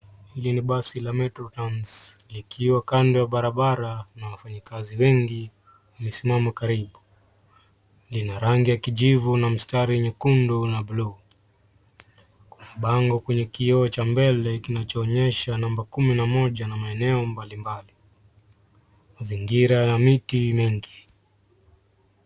Hili ni basi la metrotrans likiwa kando ya barabara na wafanyakazi wengi wamesimama karibu ,lina rangi ya kijivu na mstari nyekundu na buluu, bango kwenye kioo cha mbele kinachoonyesha namba kumi na moja na maeneo mbalimbali mazingira ya mti mengi.